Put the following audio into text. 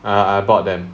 I I bought them